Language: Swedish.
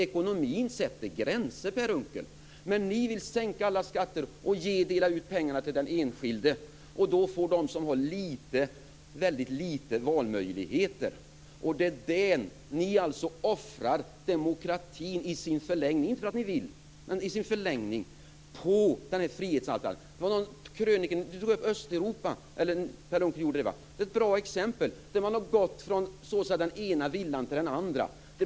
Ekonomin sätter gränser, Per Unckel. Men ni vill sänka alla skatter och dela ut pengarna till den enskilde. Då får de som har lite små valmöjligheter. I förlängningen offrar ni - inte för att ni vill - demokratin på frihetsaltaret. Per Unckel tog upp frågan om Östeuropa. Det är ett bra exempel, dvs. där har man gått från den ena villan till den andra.